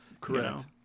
Correct